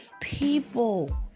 people